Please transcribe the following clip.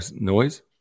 noise